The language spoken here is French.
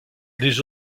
les